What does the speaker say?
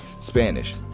spanish